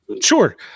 Sure